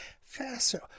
Faster